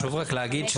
חשוב להגיד,